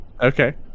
Okay